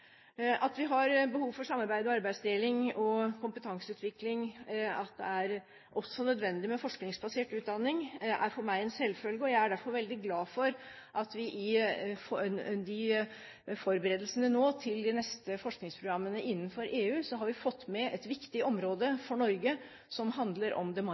nødvendig med forskningsbasert utdanning, er for meg en selvfølge. Jeg er derfor veldig glad for at vi i forberedelsene til de neste forskningsprogrammene innenfor EU har fått med et viktig område for Norge, som handler om det